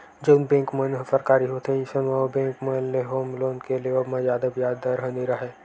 जउन बेंक मन ह सरकारी होथे अइसन म ओ बेंक मन ले होम लोन के लेवब म जादा बियाज दर ह नइ राहय